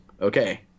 okay